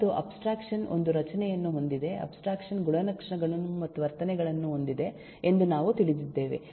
ಮತ್ತು ಅಬ್ಸ್ಟ್ರಾಕ್ಷನ್ ಒಂದು ರಚನೆಯನ್ನು ಹೊಂದಿದೆ ಅಬ್ಸ್ಟ್ರಾಕ್ಷನ್ ಗುಣಲಕ್ಷಣಗಳನ್ನು ಮತ್ತು ವರ್ತನೆಗಳನ್ನು ಹೊಂದಿದೆ ಎಂದು ನಾವು ತಿಳಿದಿದ್ದೇವೆ